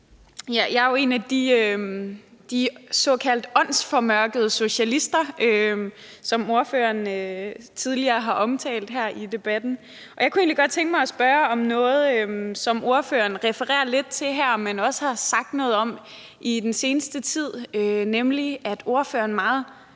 Jeg er jo en af de såkaldt åndsformørkede socialister, som ordføreren tidligere har omtalt her i debatten, og jeg kunne egentlig godt tænke mig at spørge om noget, som ordføreren refererer lidt til her, men også har sagt noget om i den seneste tid, nemlig at ordføreren